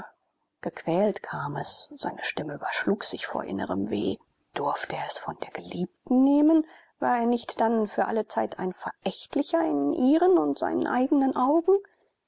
gequält kam es seine stimme überschlug sich vor innerem weh durfte er es von der geliebten nehmen war er nicht dann für alle zeit ein verächtlicher in ihren und seinen eigenen augen